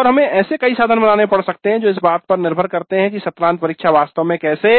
और हमें ऐसे कई साधन बनाने पड़ सकते हैं जो इस पर निर्भर करते है कि सत्रांत परीक्षा वास्तव में कैसे